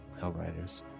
Hellriders